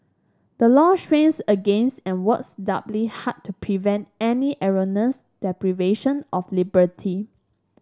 the law strains against and works doubly hard to prevent any erroneous deprivation of liberty